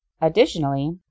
Additionally